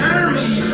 army